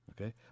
Okay